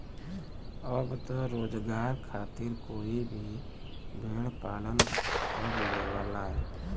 अब त रोजगार खातिर कोई भी भेड़ पालन कर लेवला